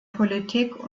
politik